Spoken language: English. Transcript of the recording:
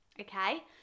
Okay